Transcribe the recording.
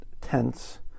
tense